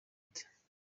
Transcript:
ute